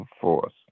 force